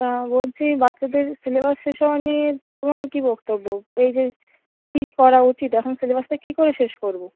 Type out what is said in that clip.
তা বলছি বাচ্চাদের সিলেবাস শেষ হওয়া নিয়ে তোমার কী বক্তব্য এই যে কী করা উচিত এখন সিলেবাসটা কী করে শেষ করবো